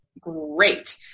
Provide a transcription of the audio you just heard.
great